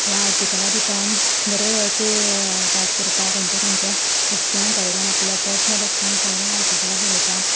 हें आर्टिकलां दिता बरे एस्से टायप करता खंयच्या खंयच्या एक्सपिरियंसावेल्यान आपल्या पर्सनल एक्सपिरियंसा वयल्यान आर्टिकलां बरयता